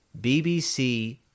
BBC